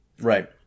right